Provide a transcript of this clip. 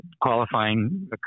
qualifying